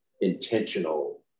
intentional